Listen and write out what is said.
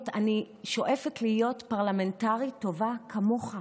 אני שואפת להיות פרלמנטרית טובה כמוך.